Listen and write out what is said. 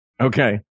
Okay